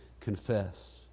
confess